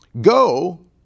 Go